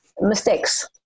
mistakes